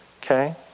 Okay